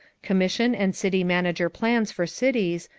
commission and city manager plans for cities,